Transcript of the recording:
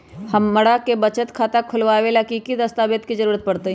हमरा के बचत खाता खोलबाबे ला की की दस्तावेज के जरूरत होतई?